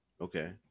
Okay